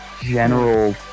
general